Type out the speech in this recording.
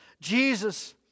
Jesus